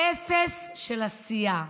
אפס של עשייה,